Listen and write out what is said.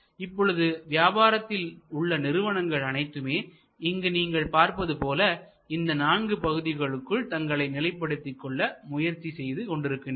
இப்பொழுது வியாபாரத்தில் உள்ள நிறுவனங்கள் அனைத்துமே இங்கு நீங்கள் பார்ப்பது போல இந்த நான்கு பகுதிகளுக்குள் தங்களை நிலைப்படுத்திக் கொள்ள முயற்சி செய்து கொண்டிருக்கின்றன